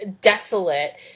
desolate